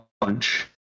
punch